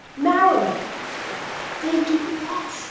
maryland they do the best.